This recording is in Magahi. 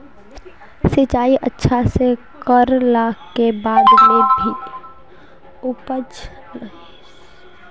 सिंचाई अच्छा से कर ला के बाद में भी उपज सही से ना होय?